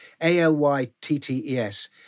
A-L-Y-T-T-E-S